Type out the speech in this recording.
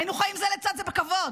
היינו חיים זה לצד זה בכבוד.